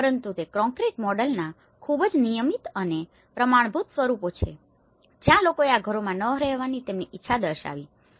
પરંતુ તે કોંક્રીટ મોડેલના ખૂબ જ નિયમિત અને પ્રમાણભૂત સ્વરૂપો છે જ્યાં લોકોએ આ ઘરોમાં ન રહેવાની તેમની ઈચ્છા દર્શાવી હતી